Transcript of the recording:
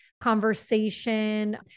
conversation